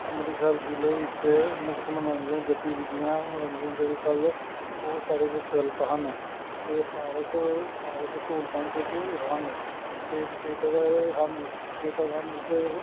ਅੰਮ੍ਰਿਤਸਰ ਜ਼ਿਲ੍ਹੇ ਵਿੱਚ ਮੁੱਖ ਮਨੋਰੰਜਨ ਗਤੀਵਿਧੀਆਂ ਮਨੋਰੰਜਨ ਅਤੇ ਵਿਕਲ ਉਹ ਸਾਰੇ ਵਿਕਲਪ ਹਨ ਇਹਦੇ ਪਾਰਕ ਪਾਰਕ ਸਹੂਲਤਾਂ ਖੇਡੇ ਹਨ ਅਤੇ ਥੀਏਟਰ ਹਨ ਥੀਏਟਰ ਹਨ ਅਤੇ